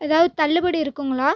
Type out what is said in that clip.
ஏதாவது தள்ளுபடி இருக்குங்களா